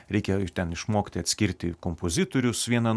reikėjo iš ten išmokti atskirti kompozitorius vieną